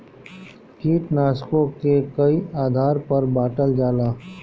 कीटनाशकों के कई आधार पर बांटल जाला